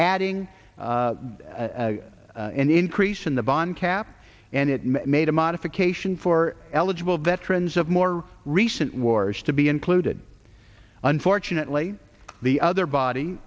adding an increase in the bond cap and it made a modification for eligible veterans of more recent wars to be included unfortunately the other body